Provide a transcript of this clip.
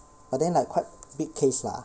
but then like quite big case lah